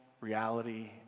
reality